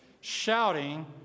shouting